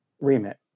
remit